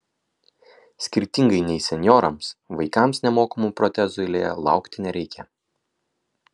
skirtingai nei senjorams vaikams nemokamų protezų eilėje laukti nereikia